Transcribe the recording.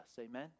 Amen